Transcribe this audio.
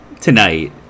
tonight